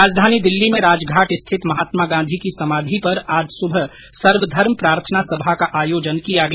राजधानी दिल्ली में राजघाट स्थित महात्मा गांधी की समाधि पर आज सुबह सर्वधर्म प्रार्थना सभा का आयोजन किया गया